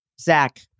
Zach